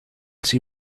see